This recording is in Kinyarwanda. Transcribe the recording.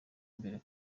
imbere